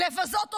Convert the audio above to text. לבזות אותנו,